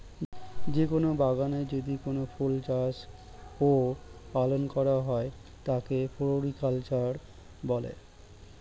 যে কোন বাগানে যদি কোনো ফুল চাষ ও পালন করা হয় তাকে ফ্লোরিকালচার বলে